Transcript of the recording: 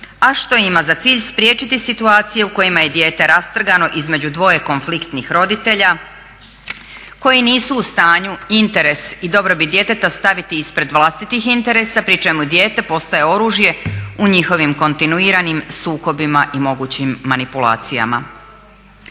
a što ima za cilj spriječiti situacije u kojima je dijete rastrgano između dvoje konfliktnih roditelja koji nisu u stanju interes i dobrobit djeteta staviti ispred vlastitih interesa pri čemu dijete postaje oružje u njihovim kontinuiranim sukobima i mogućim manipulacijama.